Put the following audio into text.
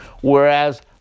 whereas